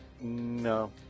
No